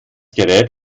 gerät